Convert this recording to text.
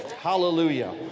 Hallelujah